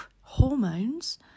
hormones